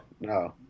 No